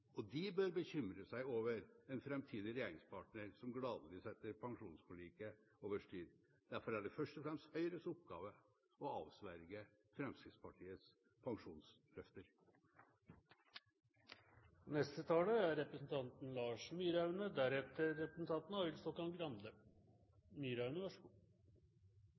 og de bør bekymre seg over en framtidig regjeringspartner som gladelig setter pensjonsforliket over styr. Derfor er det først og fremst Høyres oppgave å avsverge Fremskrittspartiets pensjonsløfter. Representanter for den rød-grønne regjeringen har i dag gjort et stort nummer av at de har en god